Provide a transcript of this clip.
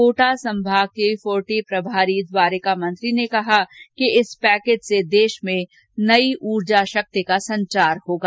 कोटा संभाग के फोर्टी प्रभारी द्वारिका मंत्री ने कहा कि इस पैकेज से देश में नई ऊर्जा शक्ति का संचार होगा